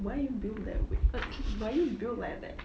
why built that way why built like that